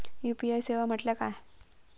UPI सेवा म्हटल्या काय?